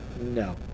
No